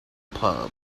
pub